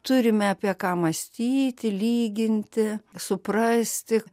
turime apie ką mąstyti lyginti suprasti